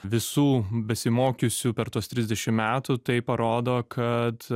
visų besimokiusių per tuos trisdešim metų tai parodo kad